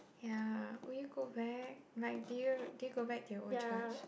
ya will you go back like did you did you go back to your old church